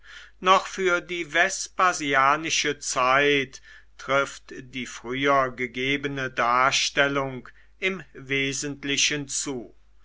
noch für die vespasianische zeit trifft die früher gegebene darstellung im wesentlichen zu